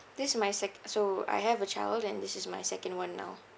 this is my seco~ so I have a child and this is my second one now